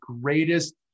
greatest